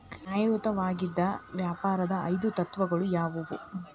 ನ್ಯಾಯಯುತವಾಗಿದ್ ವ್ಯಾಪಾರದ್ ಐದು ತತ್ವಗಳು ಯಾವ್ಯಾವು?